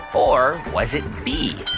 or was it b,